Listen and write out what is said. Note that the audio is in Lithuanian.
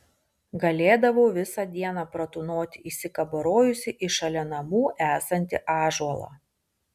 galėdavau visą dieną pratūnoti įsikabarojusi į šalia namų esantį ąžuolą